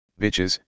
bitches